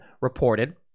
reported